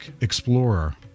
explorer